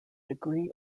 degree